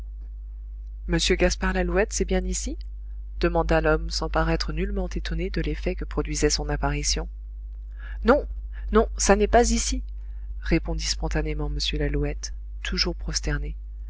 m gaspard lalouette c'est bien ici demanda l'homme sans paraître nullement étonné de l'effet que produisait son apparition non non ça n'est pas ici répondit spontanément m lalouette toujours prosterné